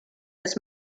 his